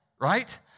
right